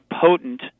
potent